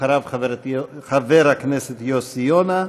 אחריו, חבר הכנסת יוסי יונה,